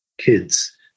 kids